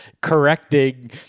correcting